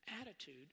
attitude